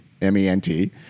M-E-N-T